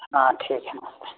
हाँ ठीक है नमस्ते